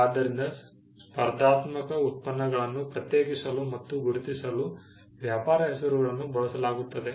ಆದ್ದರಿಂದ ಸ್ಪರ್ಧಾತ್ಮಕ ಉತ್ಪನ್ನಗಳನ್ನು ಪ್ರತ್ಯೇಕಿಸಲು ಮತ್ತು ಗುರುತಿಸಲು ವ್ಯಾಪಾರ ಹೆಸರುಗಳನ್ನು ಬಳಸಲಾಗುತ್ತದೆ